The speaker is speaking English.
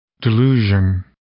Delusion